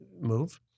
move